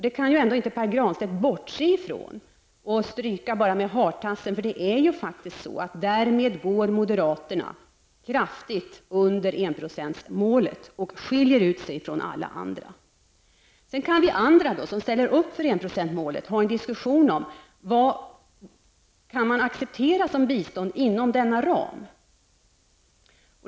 Det kan ändå inte Pär Granstedt bortse ifrån och stryka över med hartassen. Därmed går ju moderaterna kraftigt under enprocentsmålet och skiljer ut sig från alla andra. Sedan kan vi andra, som ställer upp för enprocentsmålet, diskutera vad man kan acceptera som bistånd inom denna ram.